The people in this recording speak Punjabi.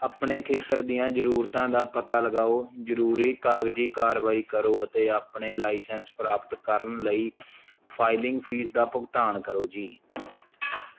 ਆਪਣੇ ਖੇਤਰ ਦੀਆਂ ਜ਼ਰੂਰਤਾਂ ਦਾ ਪਤਾ ਲਗਾਓ ਜ਼ਰੂਰੀ ਕਾਗਜ਼ੀ ਕਾਰਵਾਈ ਕਰੋ ਅਤੇ ਆਪਣੇ ਲਾਇਸੈਂਸ ਪ੍ਰਾਪਤ ਕਰਨ ਲਈ ਫਾਈਲਿੰਗ ਫੀਸ ਦਾ ਭੁਗਤਾਨ ਕਰੋ ਜੀ